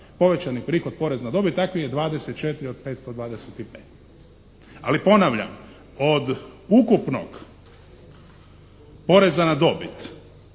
povećani prihod poreza na dobit, takvih je 24 od 525. Ali ponavljam, od ukupnog poreza na dobit